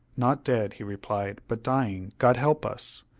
not dead, he replied, but dying. god help us!